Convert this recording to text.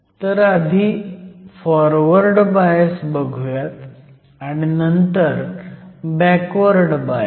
तर आधी forward bias बघुयात आणि मग नंतर बॅकवर्ड बायस